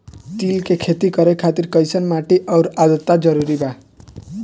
तिल के खेती करे खातिर कइसन माटी आउर आद्रता जरूरी बा?